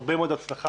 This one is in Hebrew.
הרבה מאוד הצלחה,